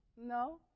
No